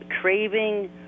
craving